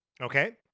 Okay